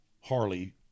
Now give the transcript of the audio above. Harley